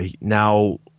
now